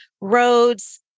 roads